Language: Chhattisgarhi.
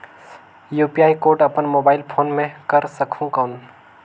यू.पी.आई कोड अपन मोबाईल फोन मे कर सकहुं कौन?